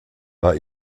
war